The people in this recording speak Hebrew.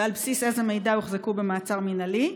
ועל בסיס איזה מידע הוחזקו במעצר מינהלי?